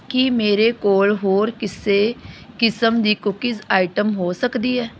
ਕੀ ਮੇਰੇ ਕੋਲ ਹੋਰ ਕਿਸੇ ਕਿਸਮ ਦੀ ਕੂਕੀਜ਼ ਆਈਟਮ ਹੋ ਸਕਦੀ ਹੈ